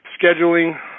scheduling